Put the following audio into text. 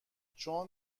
چون